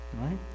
right